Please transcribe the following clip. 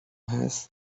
has